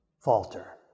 falter